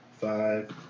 five